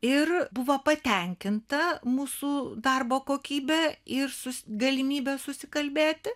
ir buvo patenkinta mūsų darbo kokybe ir su galimybe susikalbėti